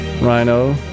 Rhino